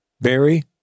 Barry